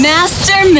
Master